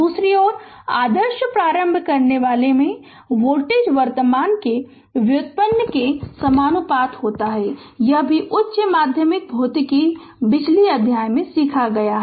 दूसरी ओर आदर्श प्रारंभ करनेवाला में वोल्टेज वर्तमान के व्युत्पन्न के समानुपाती होता है यह भी उच्च माध्यमिक भौतिकी बिजली अध्याय से सीखा है